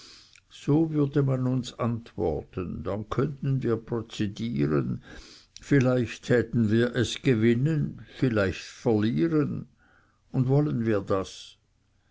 so würde man uns antworten dann könnten wir prozedieren vielleicht täten wir es gewinnen vielleicht verlieren und wollen wir das